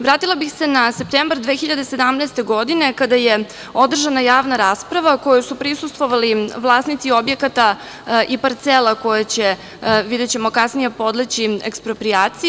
Vratila bih se na septembar 2017. godine kada je održana javna rasprava kojoj su prisustvovali vlasnici objekata i parcela koje će kasnije podleći eksproprijaciji.